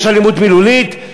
יש אלימות מילולית,